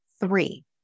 Three